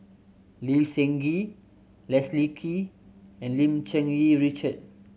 Lee Seng Gee Leslie Kee and Lim Cherng Yih Richard